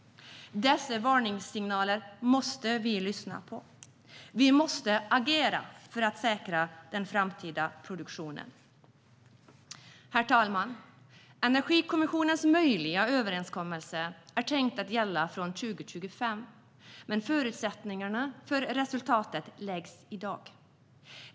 Dessa varningssignaler måste vi lyssna på. Vi måste agera för att säkra den framtida produktionen. Herr talman! Energikommissionens möjliga överenskommelse är tänkt att gälla från 2025, men förutsättningarna för resultatet läggs i dag.